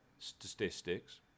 statistics